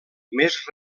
més